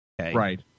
Right